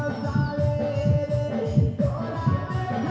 Sir यहाँ सब कतेक दिन में लोन खत्म करबाए देबे?